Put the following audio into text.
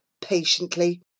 patiently